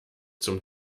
zum